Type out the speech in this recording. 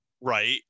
right